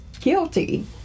guilty